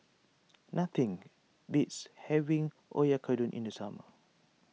nothing beats having Oyakodon in the summer